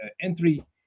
entry